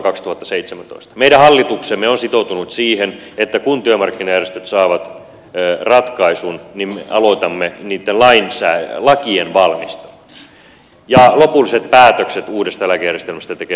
meidän hallituksemme on sitoutunut siihen että kun työmarkkinajärjestöt saavat ratkaisun niin me aloitamme niitten lakien valmistelun ja lopulliset päätökset uudesta eläkejärjestelmästä tekee seuraava eduskunta